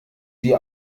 die